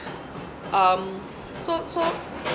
um so so